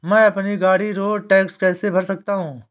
मैं अपनी गाड़ी का रोड टैक्स कैसे भर सकता हूँ?